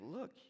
look